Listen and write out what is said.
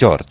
George